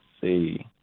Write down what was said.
see